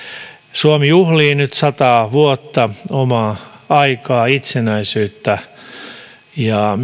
suomi juhlii nyt sataa vuotta omaa aikaa itsenäisyyttä ja